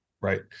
right